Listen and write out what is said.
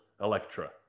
Electra